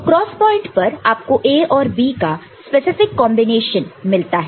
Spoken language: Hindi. तो क्रॉस पॉइंट पर आप को A और B का स्पेसिफिक कॉन्बिनेशन मिलता है